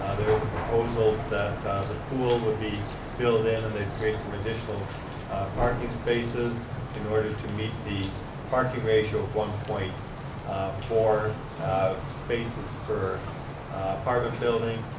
ah there is a proposal that the pool would be filled in and they create some additional parking spaces in order to meet the parking ratio of one point four spaces per apartment building.